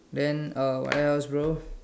then uh what else bro